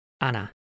Anna